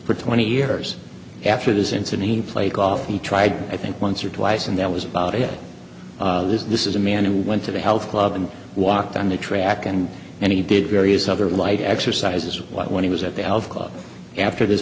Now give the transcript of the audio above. for twenty years after this incident he played golf he tried i think once or twice and that was about it is this is a man who went to the health club and walked on the track and he did various other light exercises when he was at the health club after this